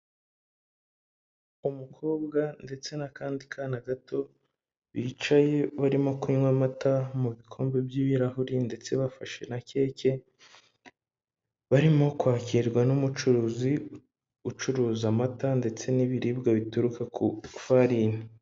Umukobwa ndetse n'akandi kana gato, bicaye barimo kunywa amata mu bikombe by'ibirahuri ndetse bafashe na keke, barimo kwakirwa n'umucuruzi ucuruza amata ndetse n'ibiribwa bituruka ku ifarini.